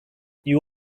you